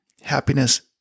Happiness